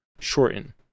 shorten